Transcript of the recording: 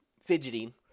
fidgeting